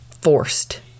forced